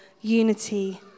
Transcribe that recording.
unity